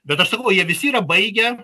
bet aš sakau jie visi yra baigę